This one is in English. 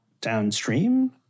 downstream